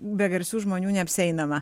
be garsių žmonių neapsieinama